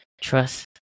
Trust